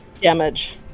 damage